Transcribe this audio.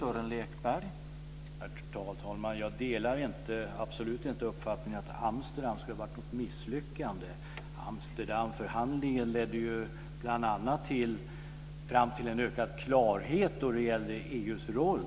Herr talman! Jag delar absolut inte uppfattningen att Amsterdam är ett misslyckande. Amsterdamförhandlingen ledde bl.a. fram till en ökad klarhet vad gäller EU:s roll.